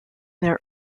their